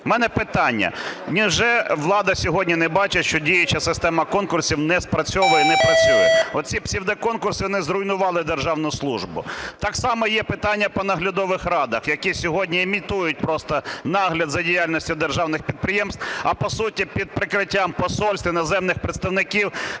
В мене питання: невже влада сьогодні не бачить, що діюча система конкурсів не спрацьовує, не працює. Оці псевдоконкурси вони зруйнували держану службу. Так само є питання по наглядових радах, які сьогодні імітують просто нагляд за діяльністю державних підприємств, а, по суті, під прикриттям посольств, іноземних представників